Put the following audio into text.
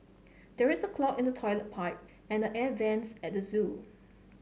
there is a clog in the toilet pipe and the air vents at the zoo